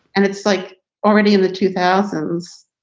and it's like already in the two thousand s.